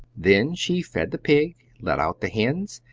then she fed the pig, let out the hens,